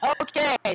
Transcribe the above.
Okay